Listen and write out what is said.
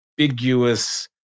ambiguous